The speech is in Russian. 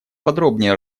подробнее